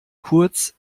kurz